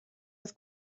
oedd